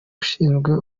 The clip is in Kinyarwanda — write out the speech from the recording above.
ushinzwe